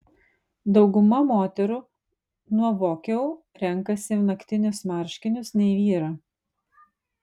dauguma moterų nuovokiau renkasi naktinius marškinius nei vyrą